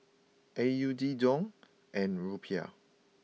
A U D Dong and Rupiah